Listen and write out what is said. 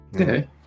okay